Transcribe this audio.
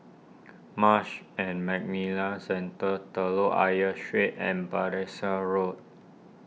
Marsh and McLennan Centre Telok Ayer Street and Battersea Road